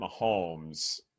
Mahomes